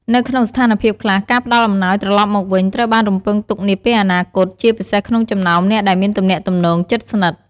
នៅក្នុងស្ថានភាពខ្លះ ការផ្ដល់អំណោយត្រឡប់មកវិញត្រូវបានរំពឹងទុកនាពេលអនាគត ជាពិសេសក្នុងចំណោមអ្នកដែលមានទំនាក់ទំនងជិតស្និទ្ធ។